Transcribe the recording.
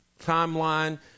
timeline